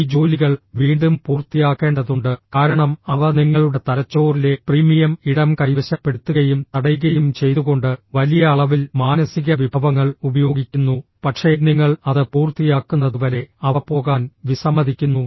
ഈ ജോലികൾ വീണ്ടും പൂർത്തിയാക്കേണ്ടതുണ്ട് കാരണം അവ നിങ്ങളുടെ തലച്ചോറിലെ പ്രീമിയം ഇടം കൈവശപ്പെടുത്തുകയും തടയുകയും ചെയ്തുകൊണ്ട് വലിയ അളവിൽ മാനസിക വിഭവങ്ങൾ ഉപയോഗിക്കുന്നു പക്ഷേ നിങ്ങൾ അത് പൂർത്തിയാക്കുന്നതുവരെ അവ പോകാൻ വിസമ്മതിക്കുന്നു